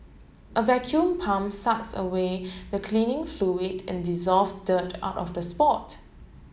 a vacuum pump sucks away the cleaning fluid and dissolved dirt out of the spot